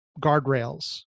guardrails